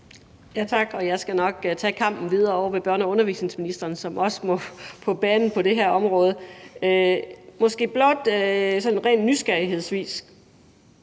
Jeg skal nok tage kampen videre ovre ved børne- og undervisningsministeren, som også må på banen på det her område. Men det er måske blot sådan